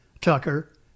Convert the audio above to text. Tucker